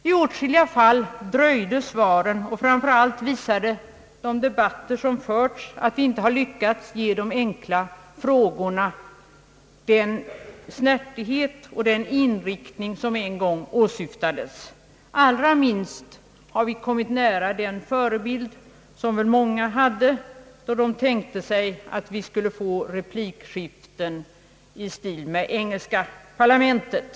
I åtskilliga fall dröjde svaren, och framför allt visade de debatter som fördes att vi inte lyckats ge de enkla frågorna den snärtighet och den inriktning som en gång åsyftades. Allra minst har vi kommit nära den förebild som många väl hade i det de tänkte sig att vi skulle få replikskifte i stil med det engelska parlamentet.